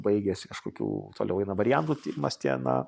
baigiasi kažkokių toliau eina variantų tyrimas tie na